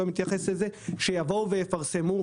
שיבואו ויפרסמו,